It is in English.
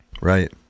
Right